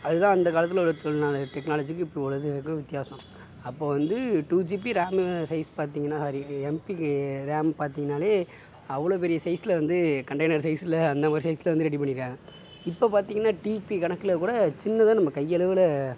அது தான் அந்த காலத்தில் டெக்ன டெக்னாலஜிக்கும் இப்போ உள்ளத்துக்கும் வித்தியாசம் அப்போ வந்து டூ ஜிபி ரேம்மு சைஸ் பார்த்தீங்னா ஒரு எம்பிக்கு ரேம் பார்த்தீங்னாலே அவ்வளோ பெரிய சைஸில் வந்து கன்டைனர் சைஸில் அந்த மாதிரி சைஸில் வந்து ரெடி பண்ணி இருக்காங்க இப்போ பார்த்தீங்னா டிபி கணக்கில் கூட சின்னதாக நம்ம கை அளவில்